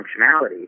functionality